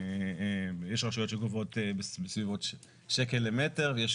יש רשויות שגובות בסביבות שקל למטר ויש